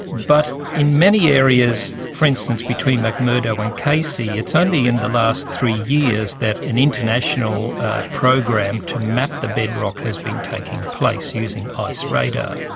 but in many areas, for instance between mcmurdo and casey, it's only in the last three years that an international program to map the bedrock has been taking place, using ice radar.